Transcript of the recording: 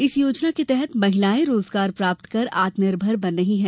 इस योजना के तहत महिलाएं रोजगार प्राप्त कर आत्मनिर्भर बन रही हैं